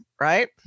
right